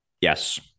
Yes